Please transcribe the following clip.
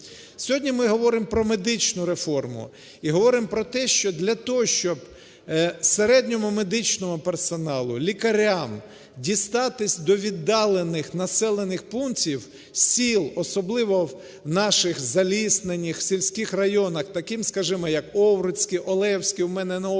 Сьогодні ми говоримо про медичну реформу і говоримо про те, що для того, щоб середньому медичну персоналу, лікарям, дістатись до віддалених населених пунктів, сіл, особливо в наших заліснених сільських районах таким, скажімо, як Овруцьке, Олевське, у мене на окрузі,